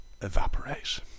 evaporate